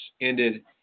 ended